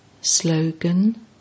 Slogan